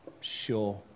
Sure